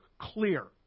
clear